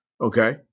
okay